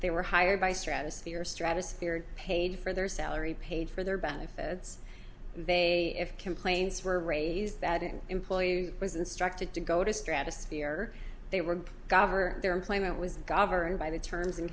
they were hired by stratosphere stratospheric paid for their salary paid for their benefits they have complaints were raised that an employee was instructed to go to stratosphere they were governor their employment was governed by the terms and